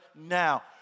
now